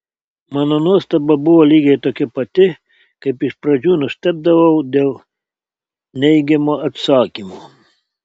mano nuostaba buvo lygiai tokia pati kaip iš pradžių nustebdavau dėl neigiamo atsakymo